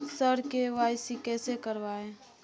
sir KYC कैसे करवाएं